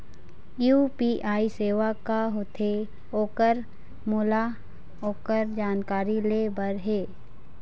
UPI सेवा का होथे ओकर मोला ओकर जानकारी ले बर हे?